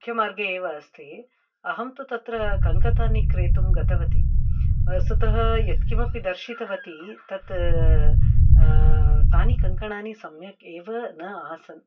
मुख्यमार्गे एव अस्ति अहं तु तत्र कङ्कतानि क्रेतुं गतवती वस्तुतः यत् किमपि दर्शितवती तत् तानि कङ्कणानि सम्यक् एव न आसन्